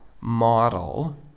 model